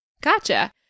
Gotcha